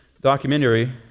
documentary